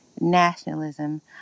nationalism